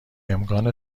امکان